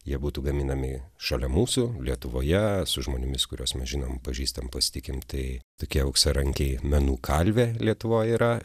jie būtų gaminami šalia mūsų lietuvoje su žmonėmis kuriuos mes žinom pažįstam pasitikim tai tokie auksarankiai menų kalvė lietuvoj yra